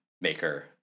maker